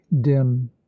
dim